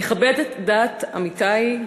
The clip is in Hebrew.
לכבד את דעת עמיתי,